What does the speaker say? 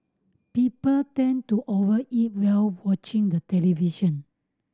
people tend to over eat while watching the television